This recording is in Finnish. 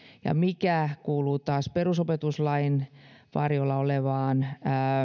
ja mikä kuuluu taas perusopetuslain varjolla olevaan